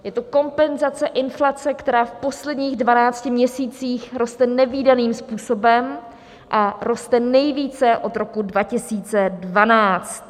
Je to kompenzace inflace, která v posledních dvanácti měsících roste nevídaným způsobem a roste nejvíce od roku 2012.